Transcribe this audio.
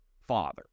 father